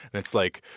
and it's like,